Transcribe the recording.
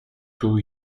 two